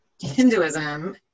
Hinduism